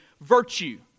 virtue